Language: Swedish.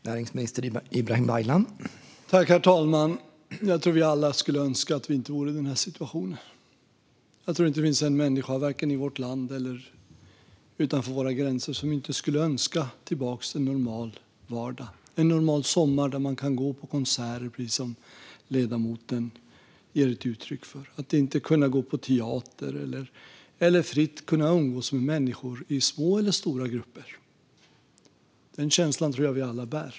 Herr talman! Jag tror att vi alla önskar att vi inte befann oss i denna situation. Jag tror inte att det finns en enda människa i vare sig vårt land eller utanför våra gränser som inte skulle önska tillbaka en normal vardag med en normal sommar då man kan gå på konserter, precis som ledamoten ger uttryck för. Man har inte kunnat gå på teater eller fritt kunnat umgås med människor i små eller stora grupper. Denna känsla bär vi nog alla.